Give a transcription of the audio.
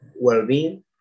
well-being